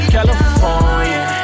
California